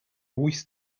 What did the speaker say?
wyth